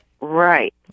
Right